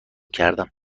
کردم